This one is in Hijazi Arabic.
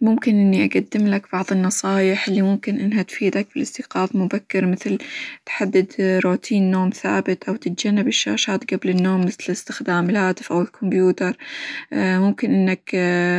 ممكن إني أقدم لك بعظ النصايح اللي ممكن إنها تفيدك في الاستيقاظ مبكر مثل: تحدد روتين نوم ثابت، أو تتجنب الشاشات قبل النوم مثل: إستخدام الهاتف، أو الكمبيوتر ممكن إنك